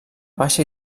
baixa